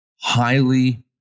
highly